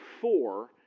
four